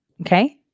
Okay